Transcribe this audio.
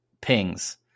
pings